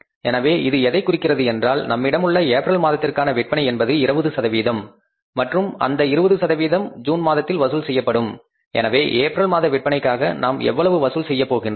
எனவே இது எதைக் குறிக்கிறது என்றால் நம்மிடமுள்ள ஏப்ரல் மாதத்திற்கான விற்பனை என்பது 20 மற்றும் அந்த 20 சதவீதம் ஜூன் மாதத்தில் வசூல் செய்யப்படும் எனவே ஏப்ரல் மாத விற்பனைக்காக நாம் எவ்வளவு வசூல் செய்யப் போகின்றோம்